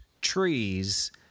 trees